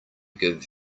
give